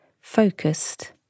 Focused